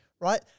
right